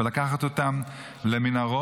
לקחת אותם למנהרות,